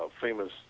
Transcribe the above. famous